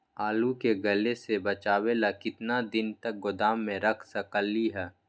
आलू के गले से बचाबे ला कितना दिन तक गोदाम में रख सकली ह?